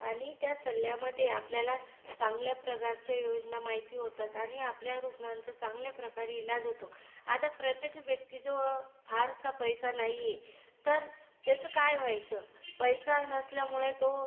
आणि त्या सल्ल्यामध्ये आपल्याला चांगल्या प्रकारच्या योजना माहिती होतात आणि आपल्या रुग्णांचा चांगल्या प्रकारे इलाज होतो आता प्रत्येक व्यक्तीजवळ फारसा पैसा नाही आहे तर त्याचं काय व्हायचं पैसा नसल्यामुळे तो